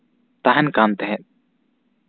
ᱛᱟᱦᱮᱸᱱ ᱠᱟᱱ ᱛᱟᱦᱮᱸᱫ